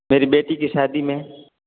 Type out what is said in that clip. मेरी बेटी की शादी में